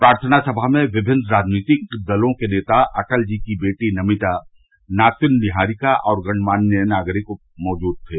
प्रार्थना समा में विभिन्न राजनैतिक दलों के नेता अटल जी की बेटी नभिता नातिन निहारिका और गणमान्य नागरिक मौजूद थे